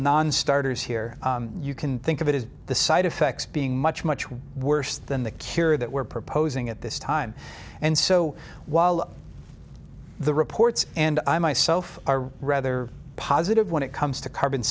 nonstarters here you can think of it is the side effects being much much worse than the cure that we're proposing at this time and so while the reports and i myself are rather positive when it comes to carbon